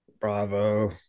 Bravo